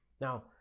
Now